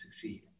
succeed